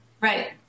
Right